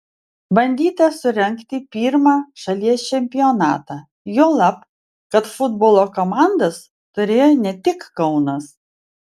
bandyta surengti pirmą šalies čempionatą juolab kad futbolo komandas turėjo ne tik kaunas